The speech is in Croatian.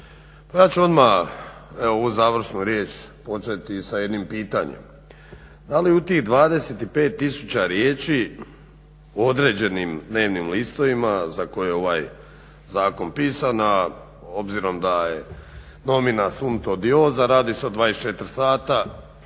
ja ću odmah evo ovu završnu riječ početi sa jednim pitanjem, da li u tih 25 tisuća riječi određenim dnevnim listovima za koje je ovaj zakon pisan a obzirom da je nomina sunt odiosa, radi se o 24 sata,